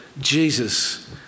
Jesus